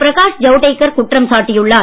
பிரகாஷ் ஜவடேகர் குற்றம் சாட்டியுள்ளார்